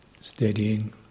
steadying